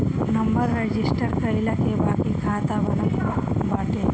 number register कईला के बाके खाता बनत बाटे